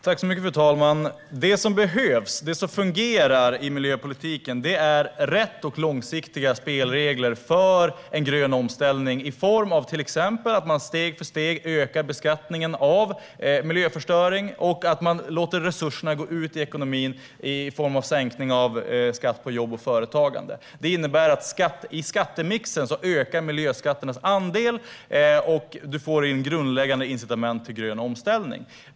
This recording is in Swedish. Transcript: Fru talman! Det som behövs - det som fungerar - i miljöpolitiken är riktiga och långsiktiga spelregler för en grön omställning, i form av till exempel stegvis ökad beskattning av miljöförstöring och att man låter resurserna gå ut i ekonomin i form av sänkt skatt på jobb och företagande. Detta innebär att miljöskatternas andel av skattemixen ökar, vilket ger ett grundläggande incitament till en grön omställning.